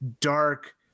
dark